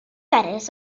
darn